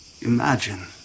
imagine